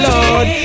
Lord